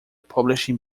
publishing